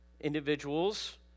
individuals